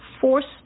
forced